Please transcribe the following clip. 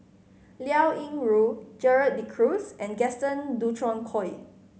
Liao Yingru Gerald De Cruz and Gaston Dutronquoy